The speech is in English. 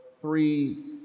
three